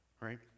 right